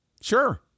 sure